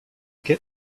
get